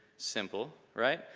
simple, right?